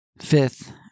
Fifth